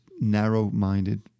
narrow-minded